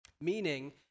meaning